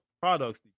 products